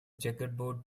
checkerboard